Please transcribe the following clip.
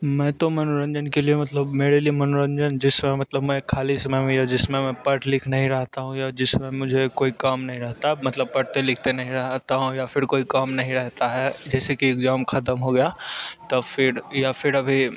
मैं तो मनोरंजन के लिए मतलब मेरे लिए मनोरंजन जिसका मतलब मैं ख़ाली समय में या जिस समय मैं पढ़ लिख नहीं रहता हूँ या जिसमें मुझे कोई काम नहीं रहता मतलब पढ़ते लिखते नहीं रहता हूँ या फिर कोई काम नहीं रहता है जैसे कि एग्जाम ख़त्म हो गया तब फिर या फिर अभी